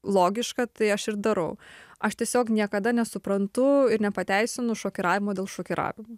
logiška tai aš ir darau aš tiesiog niekada nesuprantu ir nepateisinu šokiravimo dėl šokiravimo